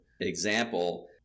example